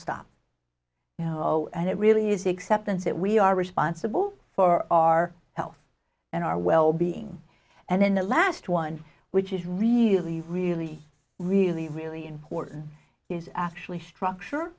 stop you know and it really is exceptions that we are responsible for our health and our well being and then the last one which is really really really really important is actually structure